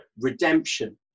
redemption